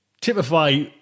typify